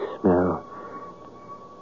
smell